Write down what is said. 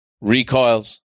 recoils